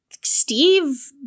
Steve